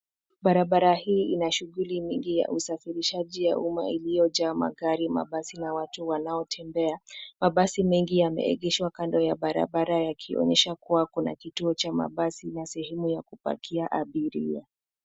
Barabara hii ina shughuli nyingi ya usafirishaji ya umma iliyojaa magari, mabasi na watu wanaotembea. Mabasi mengi yameegeshwa kando ya barabara yakionyesha kuwa kuna kituo cha mabasi na sehemu ya kupakia abiria.